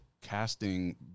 casting